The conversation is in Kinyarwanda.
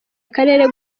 akarere